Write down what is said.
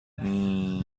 ممم